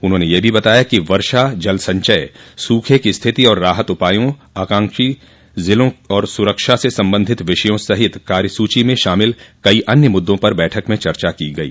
उन्होंने यह भी बताया कि वर्षा जल संचय सूखे की स्थिति और राहत उपायों आकांक्षी जिलों और सुरक्षा से संबंधित विषयों सहित कार्यसूची में शामिल कई अन्य मुद्दों पर बैठक में चर्चा की गई